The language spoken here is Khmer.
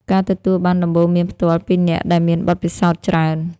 ការទទួលបានដំបូន្មានផ្ទាល់ពីអ្នកដែលមានបទពិសោធន៍ច្រើន។